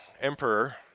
emperor